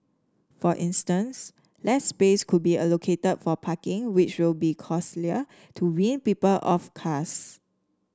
for instance less space could be allocated for parking which will be costlier to wean people off cars